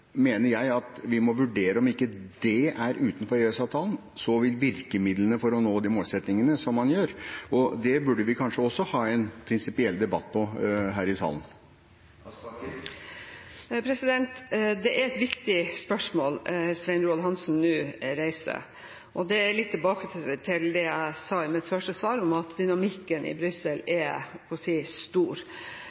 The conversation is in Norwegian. mener jeg vi må vurdere om ikke det er utenfor EØS-avtalen, så vil virkemidlene for å nå de målsettingene som man gjør, være det. Det burde vi kanskje også ha en prinsipiell debatt om her i salen. Det er et viktig spørsmål Svein Roald Hansen nå reiser, og det er litt tilbake til det jeg sa i mitt første svar, om at dynamikken i Brussel er stor.